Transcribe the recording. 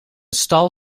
stal